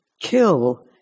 Kill